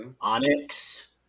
onyx